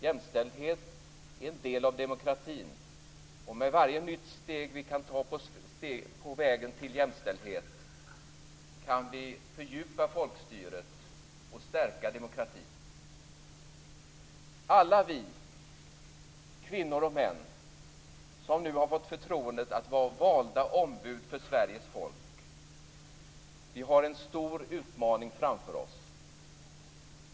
Jämställdhet är en del av demokratin. Med varje nytt steg som vi tar på vägen till jämställdhet kan vi fördjupa folkstyret och stärka demokratin. Alla vi, kvinnor och män, som nu har fått förtroendet att vara valda ombud för Sveriges folk, har en stor utmaning framför oss.